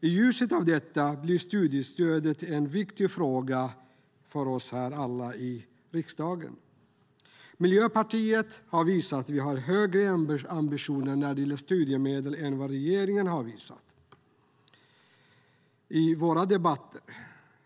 I ljuset av detta blir studiestödet en viktig fråga för oss i riksdagen. Miljöpartiet har i debatterna visat större ambitioner än regeringen vad gäller studiemedlet.